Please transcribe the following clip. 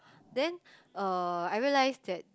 then uh I realized that